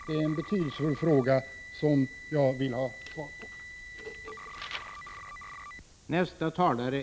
Det är en betydelsefull fråga som jag vill ha svar på.